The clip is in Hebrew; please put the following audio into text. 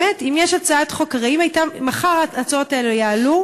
הרי מחר ההצעות האלה יעלו,